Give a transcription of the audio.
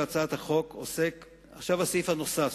עכשיו הסעיף הנוסף,